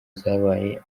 zabaye